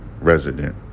resident